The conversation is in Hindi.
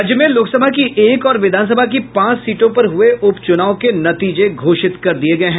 राज्य में लोकसभा की एक और विधानसभा की पांच सीटों पर हुये उप चुनाव के नतीजे घोषित कर दिये गये हैं